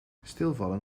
stilvallen